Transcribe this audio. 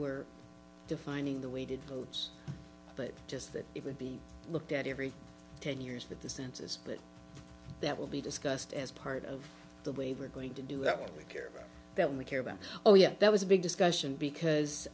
were defining the weighted votes but just that it would be looked at every ten years with the census but that will be discussed as part of the way we're going to do that we care that we care about oh yeah that was a big discussion because